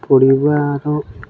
ପଡ଼ିବାର